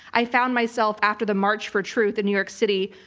i found myself after the march for truth in new york city,